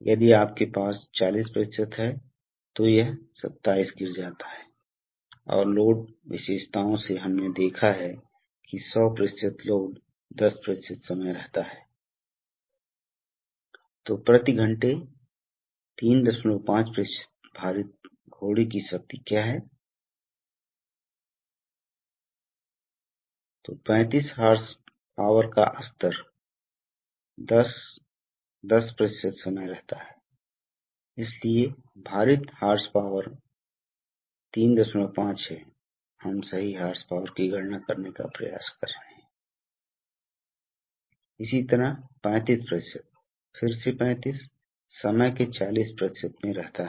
इसलिए धारा जो बड़े ट्रांसिएंट्स की मांग करता है टर्मिनल वोल्टेज को गिराए बिना पूरा किया जा सकता है इसलिए इस अर्थ में वे अकुमुलेटर वास्तव में कपैसिटर हैं अब अकुमुलेटर में दबाव मैं कहता हूं क्योंकि अकुमुलेटर में दबाव को नियंत्रित करना होगा क्योंकि हम जैसे कि अगर हवा किसी भी समय अकुमुलेटर से वास्तव में खींची जाती है तो अकुमुलेटर में दबाव गिर जाएगा और फिर हम आप जानते हैं कि हमें इसे बनाने की जरूरत है दबाव के उस नुकसान को पूरा करें और फिर से दबाव मानक पर वापस बनाएं और यह आमतौर पर हिस्टैरिसीस के साथ रिले का उपयोग करके नियंत्रित किया जाता है